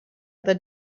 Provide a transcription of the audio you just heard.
other